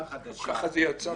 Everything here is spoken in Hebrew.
כך זה יצא בגמרא.